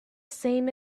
same